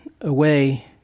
away